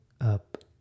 up